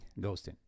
Ghosting